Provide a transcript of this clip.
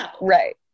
Right